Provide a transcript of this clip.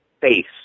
face